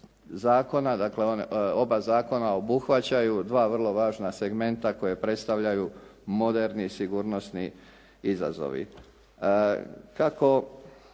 dakle oba zakona obuhvaćaju dva vrlo važna segmenta koje predstavljaju moderni i sigurnosni izazovi.